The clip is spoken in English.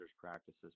practices